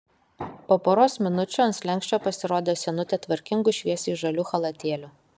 po poros minučių ant slenksčio pasirodė senutė tvarkingu šviesiai žaliu chalatėliu